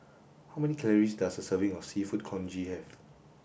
how many calories does a serving of seafood congee have